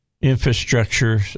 infrastructure